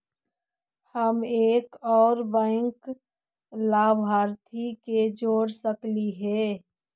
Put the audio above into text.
हम एक और बैंक लाभार्थी के जोड़ सकली हे?